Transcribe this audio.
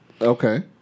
Okay